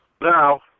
Now –